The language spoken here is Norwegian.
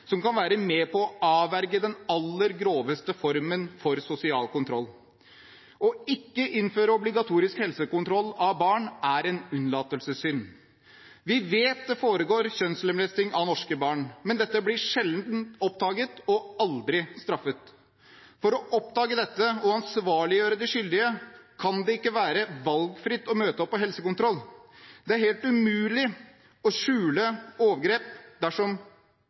som kan være med på å avverge den aller groveste formen for sosial kontroll. Ikke å innføre obligatorisk helsekontroll av barn er en unnlatelsessynd. Vi vet det foregår kjønnslemlestelse av norske barn, men dette blir sjelden oppdaget og aldri straffet. For å oppdage dette og ansvarliggjøre de skyldige kan det ikke være valgfritt å møte opp på helsekontroll. Det er helt umulig å